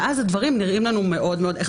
ואז הדברים נראים לנו מאוד-מאוד איך